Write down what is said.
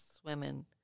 swimming